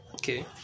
Okay